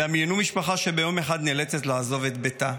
דמיינו משפחה שביום אחד נאלצת לעזוב את ביתה,